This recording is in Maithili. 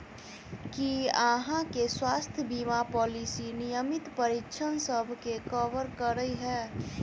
की अहाँ केँ स्वास्थ्य बीमा पॉलिसी नियमित परीक्षणसभ केँ कवर करे है?